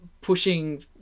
pushing